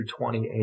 28